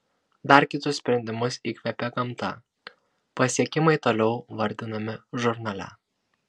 dar kitus sprendimus įkvėpė gamta pasiekimai toliau vardinami žurnale